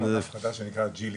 עם פרויקט חדש שהוא נקרא GLD,